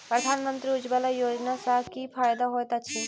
प्रधानमंत्री उज्जवला योजना सँ की फायदा होइत अछि?